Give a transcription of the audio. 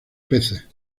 peces